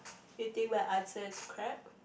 you think my answer is crap